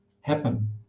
happen